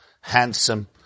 handsome